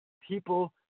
People